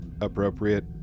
appropriate